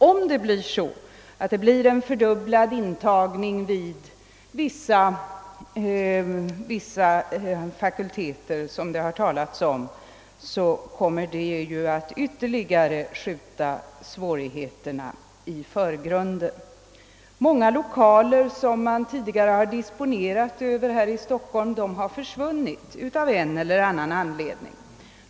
Om det blir en fördubb lad intagning vid vissa fakulteter, som det har talats om, kommer det att ytterligare skjuta svårigheterna i förgrunden. Många lokaler som man tidigare har disponerat över här i Stockholm har försvunnit av en eller annan orsak.